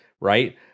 right